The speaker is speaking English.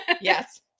Yes